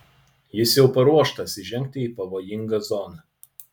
jis jau paruoštas įžengti į pavojingą zoną